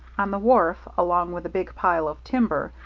on the wharf, along with a big pile of timber,